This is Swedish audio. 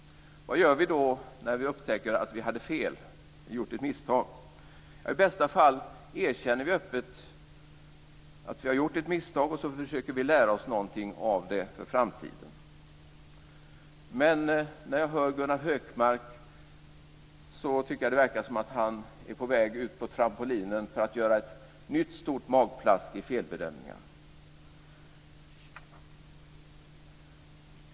Vad gör vi då när vi upptäcker att vi hade fel, att vi har gjort ett misstag? I bästa fall erkänner vi öppet att vi har gjort ett misstag och så försöker vi lära oss någonting av det för framtiden. Men när jag hör Gunnar Hökmark tycker jag att det verkar som att han är på väg ut på trampolinen för att göra ett nytt stort magplask i felbedömningar.